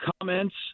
Comments